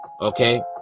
Okay